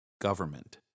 government